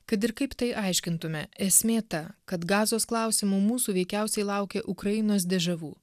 kad ir kaip tai aiškintume esmė ta kad gazos klausimu mūsų veikiausiai laukia ukrainos de žavu